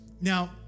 Now